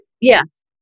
Yes